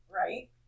Right